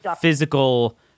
physical